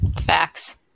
Facts